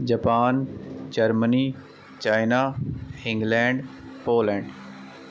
Japan Germany China England Poland